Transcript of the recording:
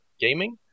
gaming